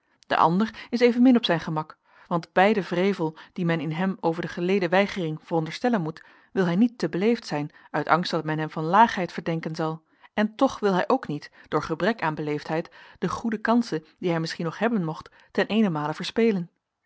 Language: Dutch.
de ander is evenmin op zijn gemak want bij den wrevel dien men in hem over de geleden weigering veronderstellen moet wil hij niet te beleefd zijn uit angst dat men hem van laagheid verdenken zal en toch wil hij ook niet door gebrek aan beleefdheid de goede kansen die hij misschien nog hebben mocht ten eenenmale verspelen